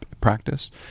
practice